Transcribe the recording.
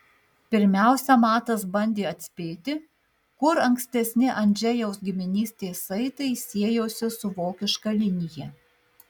pirmiausia matas bandė atspėti kur ankstesni andžejaus giminystės saitai siejosi su vokiška linija